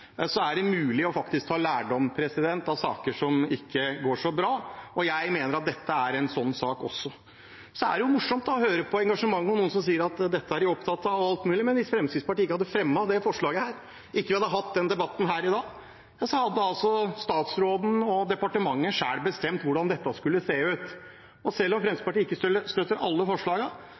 så bra. Jeg mener at dette er en sånn sak også. Det er morsomt å høre på engasjementet og noen som sier at dette er de opptatt av, og alt mulig, men hvis Fremskrittspartiet ikke hadde fremmet dette forslaget og vi ikke hadde hatt denne debatten her i dag, hadde statsråden og departementet selv bestemt hvordan dette skulle se ut. Selv om Fremskrittspartiet ikke støtter alle